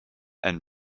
and